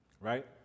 Right